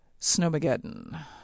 Snowmageddon